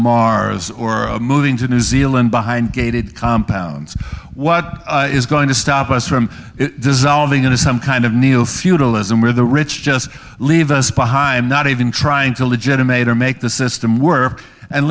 mars or moving to new zealand behind gated compounds what is going to stop us from dissolving into some kind of neil suit alyson where the rich just leave us behind not even trying so legitimate or make the system were and